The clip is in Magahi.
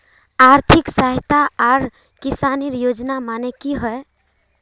आर्थिक सहायता आर किसानेर योजना माने की होय?